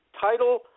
title